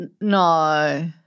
no